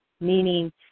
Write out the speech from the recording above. meaning